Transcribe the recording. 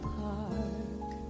park